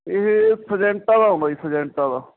ਇਹ ਫਜੈਂਟਾ ਦਾ ਆਉਂਦਾ ਜੀ ਫਜੈਂਟਾ ਦਾ